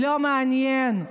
לא מעניין.